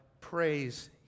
praise